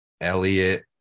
Elliot